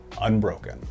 unbroken